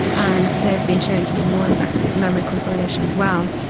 and they have been shown to be more effective at memory consolidation as well.